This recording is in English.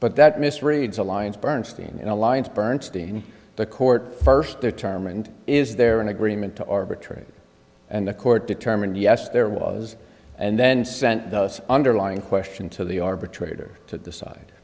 but that misreads alliance bernstein alliance bernstein the court first their term and is there an agreement to arbitrate and the court determined yes there was and then sent the underlying question to the arbitrator to decide